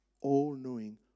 all-knowing